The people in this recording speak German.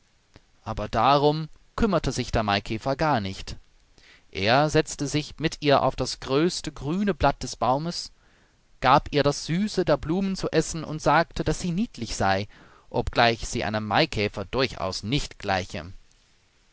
aber darum kümmerte sich der maikäfer gar nicht er setzte sich mit ihr auf das größte grüne blatt des baumes gab ihr das süße der blumen zu essen und sagte daß sie niedlich sei obgleich sie einem maikäfer durchaus nicht gleiche